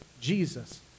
Jesus